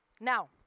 Now